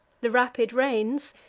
the rapid rains,